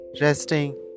resting